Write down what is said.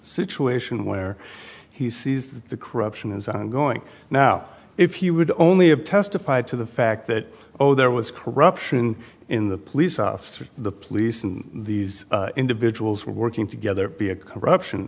situation where he sees the corruption is ongoing now if he would only have testified to the fact that oh there was corruption in the police officer the police and these individuals working together be a corruption